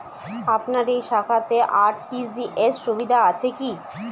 আপনার এই শাখাতে আর.টি.জি.এস সুবিধা আছে কি?